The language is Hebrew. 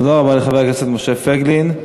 תודה רבה לחבר הכנסת משה פייגלין.